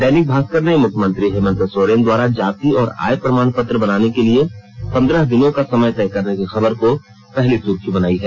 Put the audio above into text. दैनिक भास्कर ने मुख्यमंत्री हेमन्त सोरेन द्वारा जाति और आयप्रमाण पत्र बनाने के लिए पन्द्रह दिनों का समय तय करने की खबर को पहली सुर्खी बनाई है